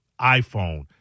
iPhone